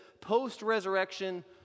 post-resurrection